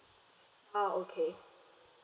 ah okay